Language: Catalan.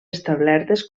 establertes